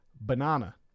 Banana